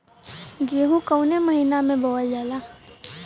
गेहूँ कवने महीना में बोवल जाला?